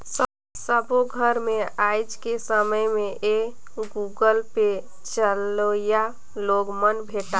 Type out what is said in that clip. सबो घर मे आएज के समय में ये गुगल पे चलोइया लोग मन भेंटाहि